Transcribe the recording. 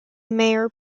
mayor